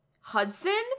Hudson